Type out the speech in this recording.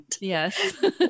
Yes